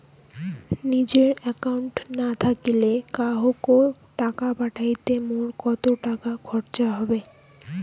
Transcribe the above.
নিজের একাউন্ট না থাকিলে কাহকো টাকা পাঠাইতে মোর কতো খরচা হবে?